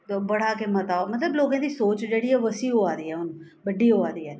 बड़ा गै मता मतलब लोकें दी सोच जेह्ड़ी ऐ अच्छी होआ दी ऐ हून बड्डी होआ दी ऐ